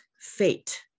fate